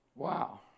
Wow